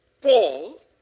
Paul